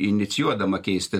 inicijuodama keisti